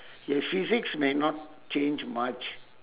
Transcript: your physiques may not change much